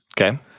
Okay